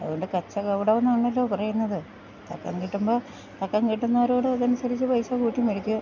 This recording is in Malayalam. അത്പോലെ കച്ചകവടോന്നാണല്ലോ പറയ്ന്നത് തക്കം കിട്ട്മ്പോ തക്കം കിട്ട്ന്നവരോട് അതൻസരിച്ച് പൈസ കൂട്ടി മേടിക്കും